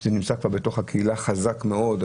זה נמצא בתוך הקהילה חזק מאוד.